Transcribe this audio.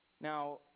Now